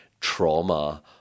trauma